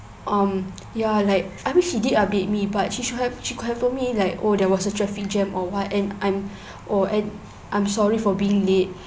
um ya like I wish she did update me but she should have she could have told me like oh there was a traffic jam or what and I'm oh and I'm sorry for being late